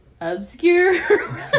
Obscure